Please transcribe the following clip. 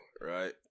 right